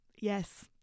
yes